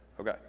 Okay